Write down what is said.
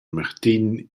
martin